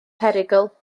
perygl